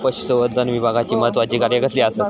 पशुसंवर्धन विभागाची महत्त्वाची कार्या कसली आसत?